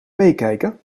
meekijken